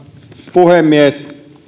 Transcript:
puhemies